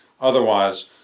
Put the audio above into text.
otherwise